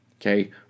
Okay